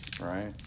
Right